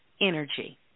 energy